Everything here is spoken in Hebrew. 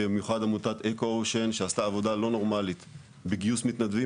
ובמיוחד עמותת אקואושן שעשתה עבודה לא נורמלית בגיוס מתנדבים.